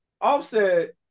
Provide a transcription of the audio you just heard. Offset